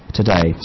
today